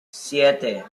siete